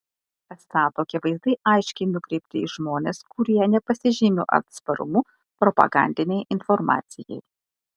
esą tokie vaizdai aiškiai nukreipti į žmones kurie nepasižymi atsparumu propagandinei informacijai